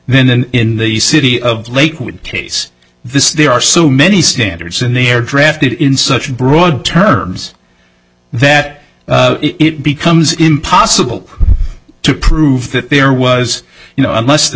than in the city of lakewood case this there are so many standards in the air drafted in such broad terms that it becomes impossible to prove that there was you know unless the